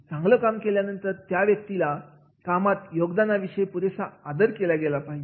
चांगलं काम केल्यानंतर त्या व्यक्तीच्या कामातल्या योगदानाविषयी पुरेसा आदर केला गेला पाहिजे